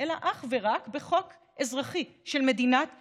אלא אך ורק בחוק אזרחי של מדינת ישראל,